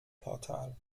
portal